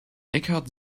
eckhart